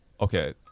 okay